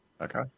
okay